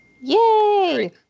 Yay